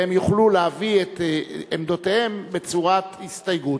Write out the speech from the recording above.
והם יוכלו להביא את עמדותיהם בצורת הסתייגות.